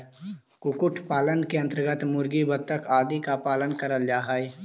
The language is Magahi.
कुक्कुट पालन के अन्तर्गत मुर्गी, बतख आदि का पालन करल जा हई